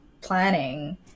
planning